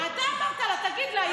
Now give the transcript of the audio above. אתה עמדת פה, אתה אמרת לה, תגיד לה.